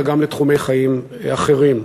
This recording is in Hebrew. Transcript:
אלא גם לתחומי חיים אחרים,